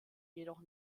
jedoch